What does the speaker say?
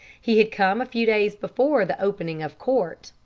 he had come a few days before the opening of court.